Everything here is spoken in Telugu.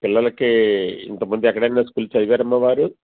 పిల్లలకి ఇంతకమందు ఎక్కడైనా స్కూల్ చదివారమ్మ వారు